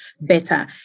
better